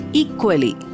equally